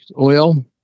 Oil